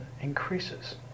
increases